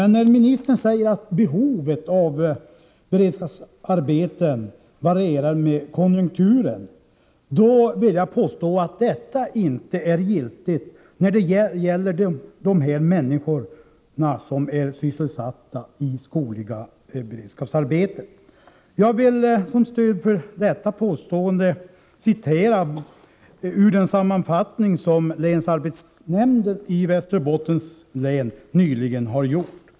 När ministern säger att behovet av beredskapsarbeten varierar med konjunkturen, så vill jag påstå att detta inte är giltigt i fråga om de människor som är sysselsatta i skogliga beredskapsarbeten. Som stöd för detta påstående vill jag återge den sammanfattning som länsarbetsnämnden i Västerbottens län nyligen har gjort.